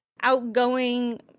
outgoing